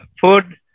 food